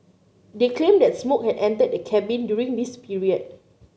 they claimed that smoke had entered the cabin during this period